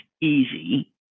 easy